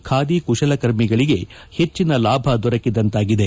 ಖಾದಿ ಕುಶಲಕರ್ಮಿಗಳಿಗೆ ಹೆಚ್ಚಿನ ಲಾಭ ದೊರಕಿದಂತಾಗಿದೆ